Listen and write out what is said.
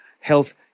health